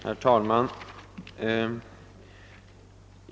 Herr talman!